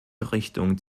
richtung